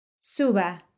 Suba